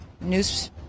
news